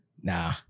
nah